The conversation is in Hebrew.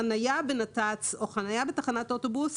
חניה בנתיב תחבורה ציבורית או חניה בתחנת אוטובוס,